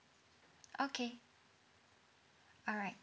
okay alright